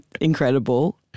incredible